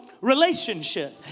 relationship